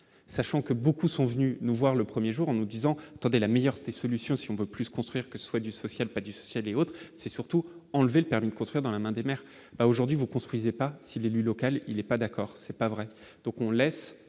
sachant que beaucoup sont venus nous voir le 1er jour en nous disant : attendez la meilleure des solutions si on peut plus construire que soit du social, pas du social et autres, c'est surtout enlever le permis de construire dans la main des maires aujourd'hui vous construisez pas si l'élu local, il n'est pas d'accord, c'est pas vrai, donc on laisse